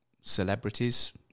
celebrities